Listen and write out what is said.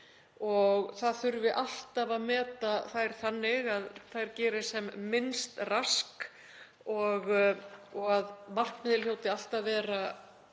og það þurfi alltaf að meta þær þannig að þær geri sem minnst rask og að markmiðið hljóti alltaf að vera